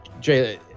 Jay